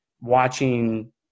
watching